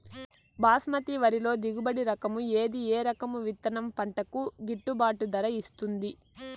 బాస్మతి వరిలో దిగుబడి రకము ఏది ఏ రకము విత్తనం పంటకు గిట్టుబాటు ధర ఇస్తుంది